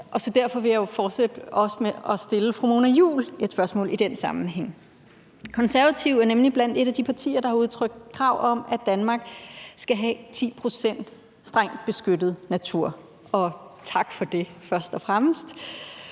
derfor vil jeg fortsætte med også at stille fru Mona Juul et spørgsmål i den sammenhæng. Konservative er nemlig blandt de partier, der har udtrykt krav om, at Danmark skal have 10 pct. strengt beskyttet natur, og først og fremmest